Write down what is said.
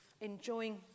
enjoying